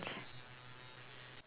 ya I say already ya